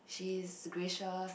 she's gracious